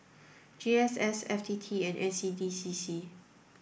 G S S F T T and N C D C C